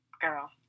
Girl